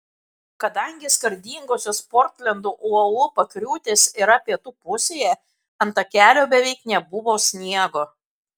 kadangi skardingosios portlendo uolų pakriūtės yra pietų pusėje ant takelio beveik nebuvo sniego